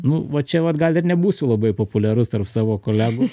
nu va čia vat gal ir nebūsiu labai populiarus tarp savo kolegų